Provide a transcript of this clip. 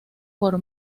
por